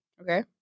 Okay